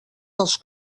dels